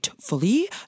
fully